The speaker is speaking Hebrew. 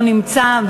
אינו נמצא.